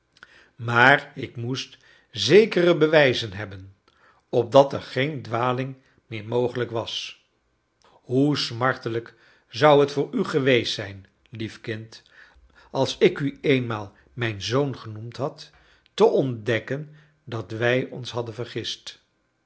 maar ik moest zekere bewijzen hebben opdat er geen dwaling meer mogelijk was hoe smartelijk zou het voor u geweest zijn lief kind als ik u eenmaal mijn zoon genoemd had te ontdekken dat wij ons hadden vergist